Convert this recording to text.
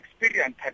Experience